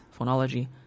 phonology